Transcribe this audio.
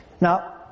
Now